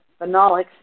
phenolics